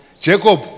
Jacob